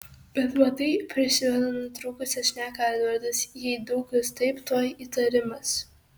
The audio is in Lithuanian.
bet matai prisimena nutrūkusią šneką edvardas jei daug kas taip tuoj įtarimas